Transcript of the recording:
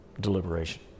deliberation